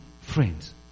friends